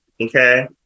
okay